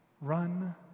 Run